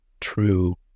true